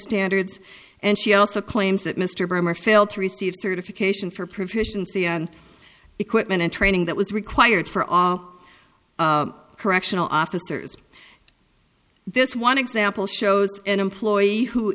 standards and she also claims that mr bremer failed to receive certification for proficiency on equipment and training that was required for all correctional officers this one example shows an employee who